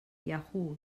yahoo